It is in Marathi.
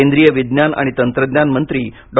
केंद्रीय विज्ञान आणि तंत्रज्ञान मंत्री डॉ